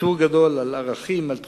ויתור גדול על ערכים, על תחושות,